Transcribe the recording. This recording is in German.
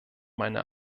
meine